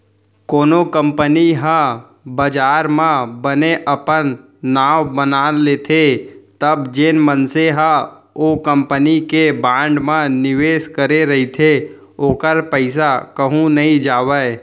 कोनो कंपनी ह बजार म बने अपन नांव बना लेथे तब जेन मनसे ह ओ कंपनी के बांड म निवेस करे रहिथे ओखर पइसा कहूँ नइ जावय